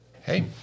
hey